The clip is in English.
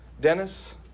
Dennis